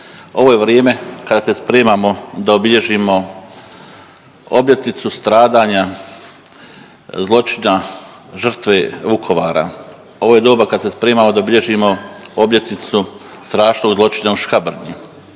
ovo je vrijeme kada se spremamo da obilježimo obljetnicu stradanja zločina žrtve Vukovara. Ovo je doba kad se spremamo da obilježimo obljetnicu strašnog zločina u Škabrnji,